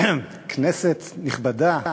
כנסת נכבדה,